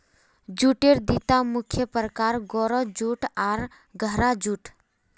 जूटेर दिता मुख्य प्रकार, गोरो जूट आर गहरा जूट